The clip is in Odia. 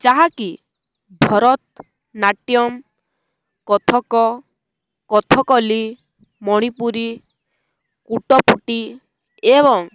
ଯାହାକି ଭାରତନାଟ୍ୟମ କଥକ କଥକଲି ମଣିପୁରୀ କୁଟଫୁଟି ଏବଂ